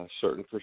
certain